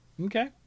Okay